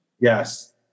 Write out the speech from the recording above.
Yes